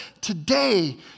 today